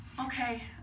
Okay